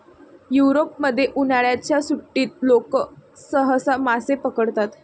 युरोपमध्ये, उन्हाळ्याच्या सुट्टीत लोक सहसा मासे पकडतात